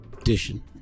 edition